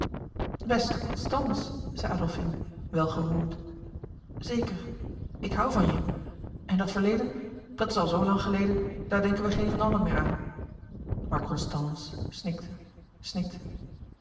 beste constance zei adolfine wel geroerd zeker ik hoû van je en dat verleden dat is al zoo lang geleden daar denken we geen van allen meer aan maar constance snikte snikte